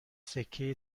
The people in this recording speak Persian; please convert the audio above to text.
سکه